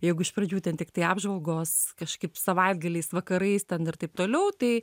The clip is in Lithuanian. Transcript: jeigu iš pradžių ten tiktai apžvalgos kažkaip savaitgaliais vakarais ten ir taip toliau tai